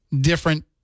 different